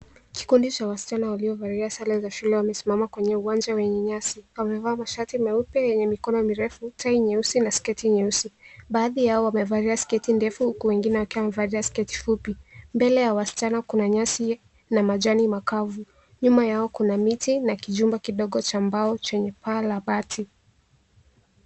Kikundi cha wasichana waliovalia sare za shule wamesimama kwenye uwanja wenye nyasi. Wamevaa mashati meupe yenye mikono mirefu, tai nyeusi na sketi nyeusi. Baadhi yao wamevalia sketi ndefu huku wengine wakiwa wamevalia sketi fupi. Mbele ya wasichana kuna nyasi na majani makavu. Nyuma yao kuna miti na kijumba kidogo cha mbao chenye paa la bati.